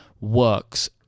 works